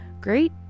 great